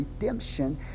redemption